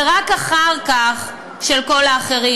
ורק אחר כך את של כל האחרים,